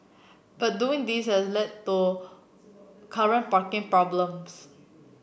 but doing this has led to current parking problems